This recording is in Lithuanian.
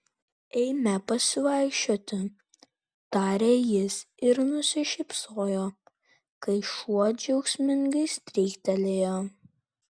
eime pasivaikščioti tarė jis ir nusišypsojo kai šuo džiaugsmingai stryktelėjo